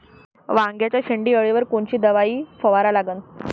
वांग्याच्या शेंडी अळीवर कोनची दवाई फवारा लागन?